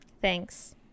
Thanks